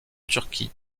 turquie